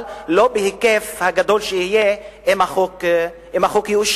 אבל לא בהיקף שיהיה אם החוק יאושר.